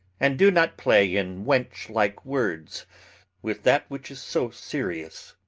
and do not play in wench-like words with that which is so serious.